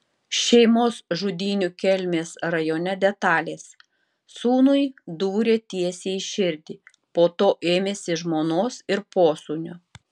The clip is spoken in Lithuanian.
šeimos žudynių kelmės rajone detalės sūnui dūrė tiesiai į širdį po to ėmėsi žmonos ir posūnio